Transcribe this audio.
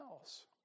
else